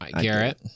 Garrett